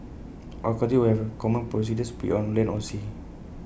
all countries will have common procedures be IT on land or sea